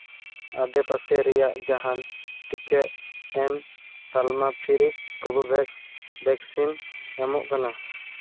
ᱟᱰᱮ ᱯᱟᱥᱮ ᱨᱮᱭᱟᱜ ᱡᱟᱦᱟᱸ ᱴᱤᱠᱟᱹ ᱮᱢ ᱛᱟᱞᱢᱟ ᱯᱷᱨᱤ ᱠᱳᱵᱷᱳᱵᱷᱮᱠᱥ ᱵᱷᱮᱠᱥᱤᱱ ᱮᱢᱚᱜ ᱠᱟᱱᱟ